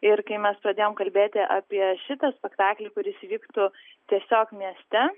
ir kai mes pradėjom kalbėti apie šitą spektaklį kuris įvyktų tiesiog mieste